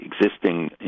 existing